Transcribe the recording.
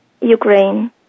Ukraine